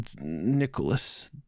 Nicholas